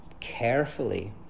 carefully